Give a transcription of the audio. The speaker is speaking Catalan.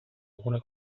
alguna